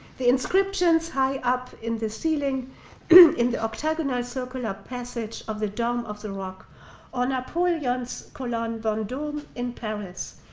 the inscriptions high up in the ceiling in the octagonal circular passage of the dome of the rock or napoleon's column vendome in paris,